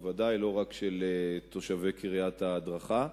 בוודאי לא רק על בריאותם של תושבי קריית ההדרכה.